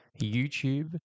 YouTube